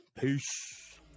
Peace